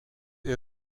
est